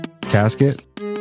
casket